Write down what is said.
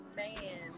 man